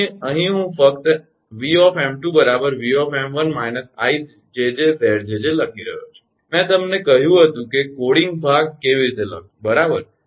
તેથી અહીં હું ફક્ત 𝑉𝑚2 𝑉𝑚1 − 𝐼𝑗𝑗𝑍𝑗𝑗 લખી રહ્યો છું મેં તમને કહ્યું હતું કે કોડિંગ ભાગ કેવી રીતે લખવો બરાબર